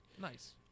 Nice